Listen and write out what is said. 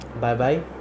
Bye-bye